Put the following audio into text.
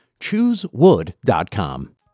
ChooseWood.com